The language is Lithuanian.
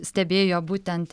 stebėjo būtent